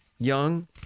Young